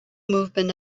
movement